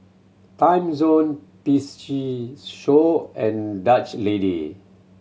Timezone P C Show and Dutch Lady